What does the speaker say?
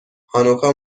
هانوکا